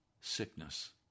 sickness